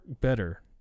better